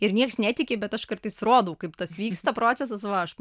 ir nieks netiki bet aš kartais rodau kaip tas vyksta procesas va aš